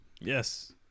Yes